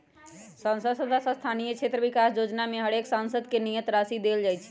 संसद सदस्य स्थानीय क्षेत्र विकास जोजना में हरेक सांसद के नियत राशि देल जाइ छइ